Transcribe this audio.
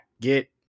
get